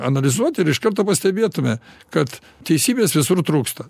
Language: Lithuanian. analizuot ir iš karto pastebėtume kad teisybės visur trūksta